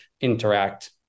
interact